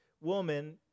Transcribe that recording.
woman